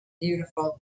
Beautiful